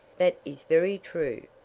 that is very true.